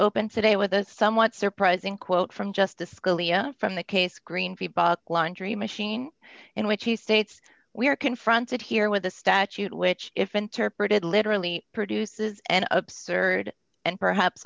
open today with a somewhat surprising quote from justice scalia from the case green laundry machine in which he states we are confronted here with a statute which if interpreted literally produces an absurd and perhaps